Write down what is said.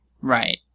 Right